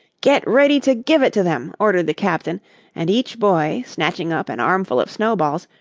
get ready to give it to them, ordered the captain and each boy, snatching up an armful of snowballs,